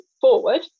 forward